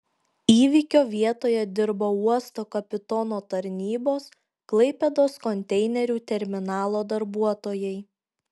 įvykio vietoje dirbo uosto kapitono tarnybos klaipėdos konteinerių terminalo darbuotojai